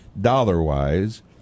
dollar-wise